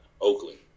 Oakland